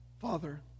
Father